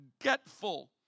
forgetful